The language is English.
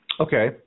Okay